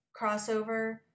crossover